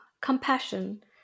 compassion